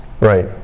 right